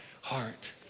heart